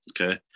okay